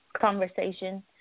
conversation